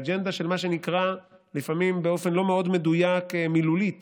האג'נדה של מה שנקרא לפעמים באופן לא מאוד מדויק מילולית